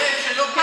כנראה שלא כצעקתה,